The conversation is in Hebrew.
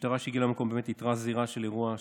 המשטרה שהגיעה למקום איתרה זירה של אירוע.